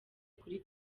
kuri